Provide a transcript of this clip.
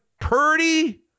Purdy